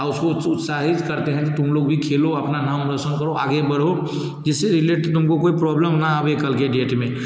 और उसको उत्साहित करते हैं कि तुम लोग भी खेलो अपना नाम रौशन करो आगे बढ़ो इससे रिलेटेड तुमको कोई प्रॉब्लम ना आवे कल के डेट में